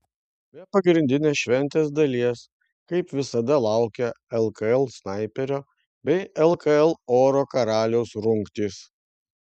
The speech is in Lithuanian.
be pagrindinės šventės dalies kaip visada laukia lkl snaiperio bei lkl oro karaliaus rungtys